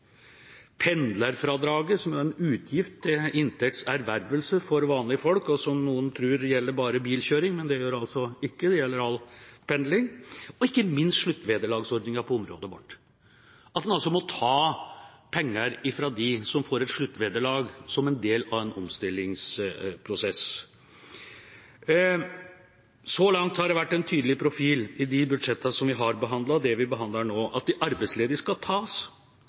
pendlerfradraget, som er en utgift til inntekts ervervelse for vanlige folk, og som noen tror gjelder bare bilkjøring, men det gjør det ikke, det gjelder all pendling, og ikke minst sluttvederlagsordningen på området vårt, at en må ta penger fra dem som får et sluttvederlag som en del av en omstillingsprosess. Så langt har det vært en tydelig profil i de budsjettene som vi har behandlet, og det vi behandler nå, at de arbeidsledige skal tas